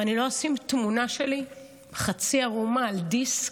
ואני לא אשים תמונה שלי חצי ערומה על דיסק,